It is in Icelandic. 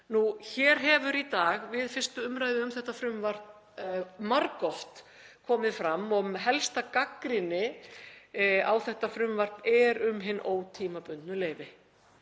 Hér hefur í dag við 1. umræðu um þetta frumvarp margoft komið fram að helsta gagnrýnin á þetta frumvarp er um hin ótímabundnu leyfi.